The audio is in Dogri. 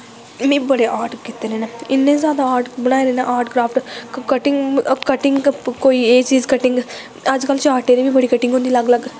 में बड़े जादा आर्ट कीते दे नै इन्ने जादा आर्ट बनाए दे नै आर्ट क्राफ्ट कटिंग कोई एह् चीज़ कटिंग अज्ज कल चांर्टें दी बी कटिंग होंदी अलग अलग